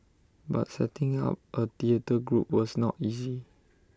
but setting up A theatre group was not easy